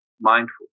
mindful